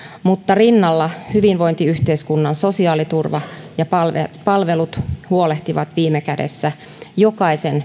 mutta rinnalla hyvinvointiyhteiskunnan sosiaaliturva ja palvelut palvelut huolehtivat viime kädessä meistä jokaisen